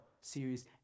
series